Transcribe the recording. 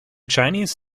chinese